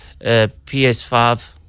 PS5